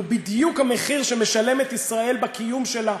הוא בדיוק המחיר שמשלמת ישראל בקיום שלה,